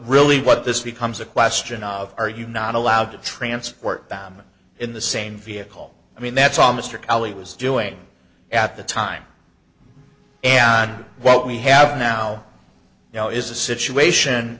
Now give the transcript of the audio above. really what this becomes a question of are you not allowed to transport them in the same vehicle i mean that's all mr cali was doing at the time and what we have now now is a situation